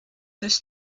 des